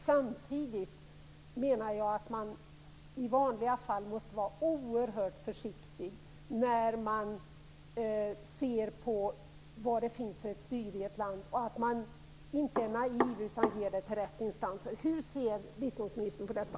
Samtidigt menar jag att man i vanliga fall måste vara oerhört försiktig när man ser på vilket styre det finns i ett land, att man inte är naiv och att biståndet ges till rätt instanser. Hur ser biståndsministern på detta?